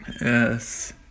Yes